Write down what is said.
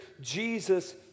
Jesus